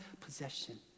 possession